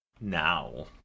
Now